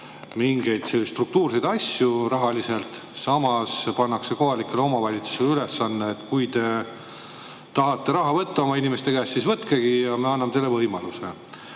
mingeid struktuurseid asju rahaliselt. Samas pannakse kohalikele omavalitsustele ülesanne, et kui te tahate raha võtta oma inimeste käest, siis võtkegi, me anname selle võimaluse.